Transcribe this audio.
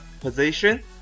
Position